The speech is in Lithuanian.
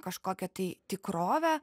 kažkokią tai tikrovę